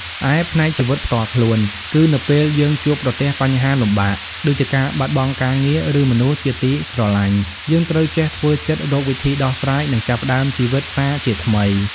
ឯ ផ្នែកជីវិតផ្ទាល់ខ្លួន គឺនៅពេលយើងជួបប្រទះបញ្ហាលំបាក (ដូចជាបាត់បង់ការងារ ឬមនុស្សជាទីស្រឡាញ់) យើងត្រូវចេះធ្វើចិត្ត រកវិធីដោះស្រាយ និងចាប់ផ្តើមជីវិតសាជាថ្មី។